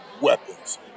weapons